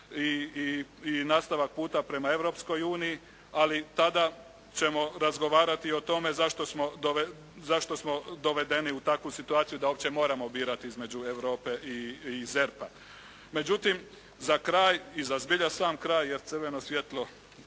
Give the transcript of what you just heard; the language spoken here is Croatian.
i nastavak puta prema Europskoj uniji ali tada ćemo razgovarati o tome zašto smo dovedeni u takvu situaciju da uopće moramo birati između Europe i ZERP-a. Međutim, za kraj i za zbilja sam kraj jer crveno svjetlo